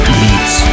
meets